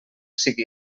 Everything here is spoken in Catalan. sigui